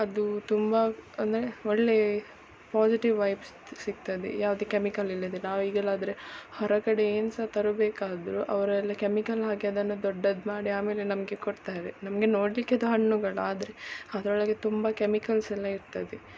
ಅದು ತುಂಬ ಅಂದರೆ ಒಳ್ಳೆ ಪಾಸಿಟಿವ್ ವೈಬ್ಸ್ ಸಿಗ್ತದೆ ಯಾವುದು ಕೆಮಿಕಲ್ ಇಲ್ಲದೆ ನಾವು ಈಗೆಲ್ಲಾದ್ರೆ ಹೊರಗಡೆ ಏನ್ಸಾ ತರ್ಬೇಕಾದರೂ ಅವರೆಲ್ಲ ಕೆಮಿಕಲ್ ಮಗೆ ಕೊಡ್ತಾರೆ ನಮಗೆ ನೋಡ್ಲಿಕ್ಕೆ ಅದು ಹಣ್ಣುಗಳು ಆದರೆ ಅದರೊಳಗೆ ತುಂಬ ಕೆಮಿಕಲ್ಸೆಲ್ಲಾ ಇರ್ತದೆ